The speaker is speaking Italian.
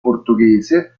portoghese